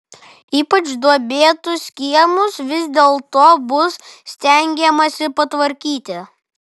ypač duobėtus kiemus vis dėlto bus stengiamasi patvarkyti